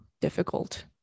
difficult